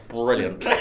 brilliant